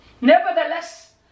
nevertheless